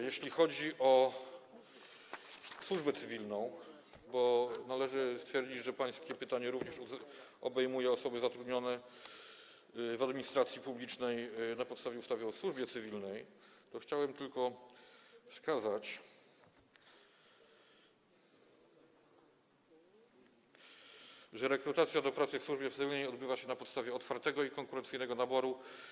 Jeśli chodzi o służbę cywilną, bo należy stwierdzić, że pańskie pytanie obejmuje również osoby zatrudnione w administracji publicznej na podstawie ustawy o służbie cywilnej, to chciałem wskazać, że rekrutacja do pracy w służbie cywilnej odbywa się na podstawie otwartego i konkurencyjnego naboru.